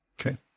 Okay